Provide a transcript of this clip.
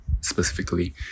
specifically